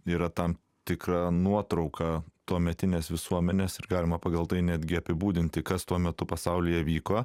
yra tam tikra nuotrauka tuometinės visuomenės ir galima pagal tai netgi apibūdinti kas tuo metu pasaulyje vyko